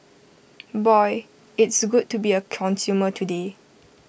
boy it's good to be A consumer today